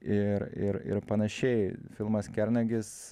ir ir ir panašiai filmas kernagis